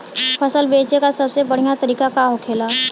फसल बेचे का सबसे बढ़ियां तरीका का होखेला?